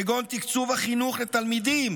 כגון תקצוב החינוך לתלמידים,